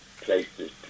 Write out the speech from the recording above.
places